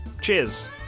Cheers